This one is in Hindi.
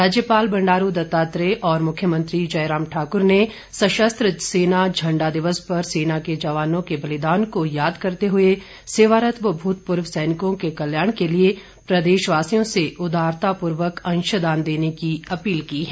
राज्यपाल बंडारू दत्तात्रेय और मुख्यमंत्री जयराम ठाकुर ने सशस्त्र सेना झण्डा दिवस दपर सेना के जवानों के बलिदान को याद करते हुए सेवारत व भूतपूर्व सैनिकों के कल्याण के लिए प्रदेशवासियों से उदारतापूर्वक अंशदान देने की अपील की है